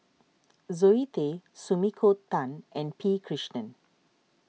Zoe Tay Sumiko Tan and P Krishnan